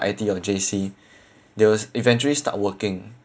I_T_E or J_C they will eventually start working